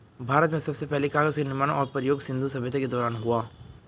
भारत में सबसे पहले कागज़ का निर्माण और प्रयोग सिन्धु सभ्यता के दौरान हुआ